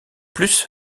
plus